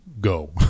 go